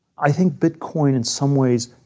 i think bit coin, in some ways,